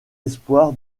espoirs